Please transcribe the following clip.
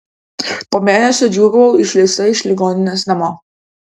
po mėnesio džiūgavau išleista iš ligoninės namo